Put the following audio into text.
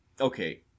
okay